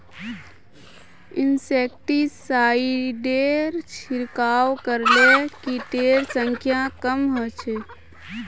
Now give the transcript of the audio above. इंसेक्टिसाइडेर छिड़काव करले किटेर संख्या कम ह छ